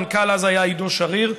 המנכ"ל היה אז עידו שריר,